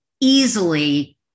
easily